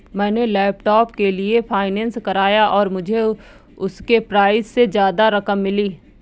मैंने लैपटॉप के लिए फाइनेंस कराया और मुझे उसके प्राइज से ज्यादा रकम मिली